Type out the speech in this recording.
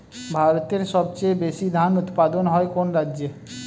ভারতের সবচেয়ে বেশী ধান উৎপাদন হয় কোন রাজ্যে?